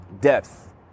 depth